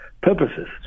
purposes